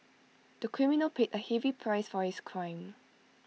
the criminal paid A heavy price for his crime